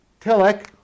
Tillich